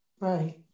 Right